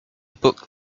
book